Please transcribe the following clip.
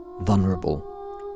vulnerable